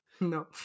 No